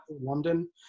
london